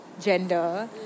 gender